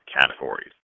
categories